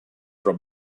from